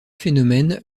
phénomènes